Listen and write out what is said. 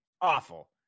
Awful